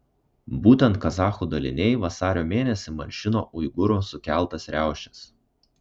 būtent kazachų daliniai vasario mėnesį malšino uigūrų sukeltas riaušes